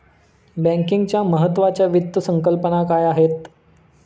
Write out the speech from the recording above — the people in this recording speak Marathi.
बँकिंगच्या महत्त्वाच्या वित्त संकल्पना काय आहेत?